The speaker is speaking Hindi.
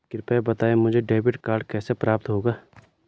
कृपया बताएँ मुझे डेबिट कार्ड कैसे प्राप्त होगा?